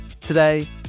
Today